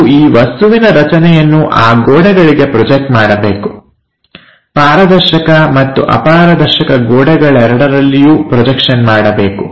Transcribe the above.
ನಾವು ಈ ವಸ್ತುವಿನ ರಚನೆಯನ್ನು ಆ ಗೋಡೆಗಳಿಗೆ ಪ್ರೊಜೆಕ್ಟ್ ಮಾಡಬೇಕು ಪಾರದರ್ಶಕ ಮತ್ತು ಅಪಾರದರ್ಶಕ ಗೋಡೆಗಳೆರಡರಲ್ಲಿಯೂ ಪ್ರೊಜೆಕ್ಷನ್ ಮಾಡಬೇಕು